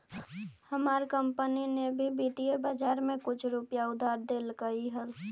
हमार कंपनी ने भी वित्तीय बाजार में कुछ रुपए उधार देलकइ हल